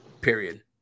Period